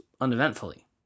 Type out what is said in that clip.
uneventfully